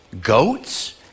goats